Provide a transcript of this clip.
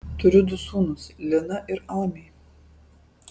turiu du sūnus liną ir almį